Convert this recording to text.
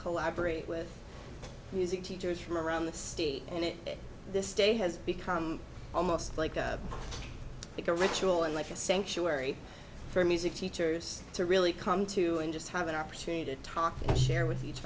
collaborate with music teachers from around the state and it this day has become almost like a like a ritual and like a sanctuary for music teachers to really come to and just have an opportunity to talk and share with each